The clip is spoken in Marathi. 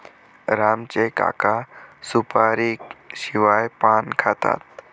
राम चे काका सुपारीशिवाय पान खातात